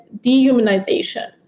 dehumanization